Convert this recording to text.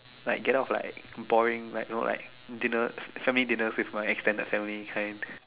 like get off like boring like you know like dinner family dinners with my extended family kind